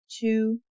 two